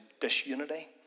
disunity